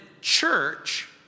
church